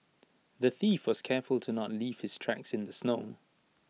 the thief was careful to not leave his tracks in the snow